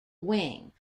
wing